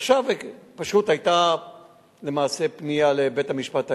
עכשיו פשוט היתה פנייה למעשה לבית-המשפט העליון,